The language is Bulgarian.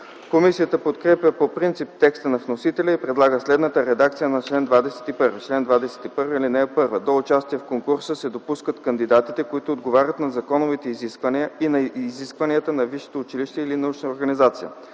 Комисията подкрепя по принцип текста на вносителя и предлага следната редакция на чл. 21: „Чл. 21. (1) До участие в конкурса се допускат кандидатите, които отговарят на законовите изисквания и на изискванията на висшето училище или научната организация.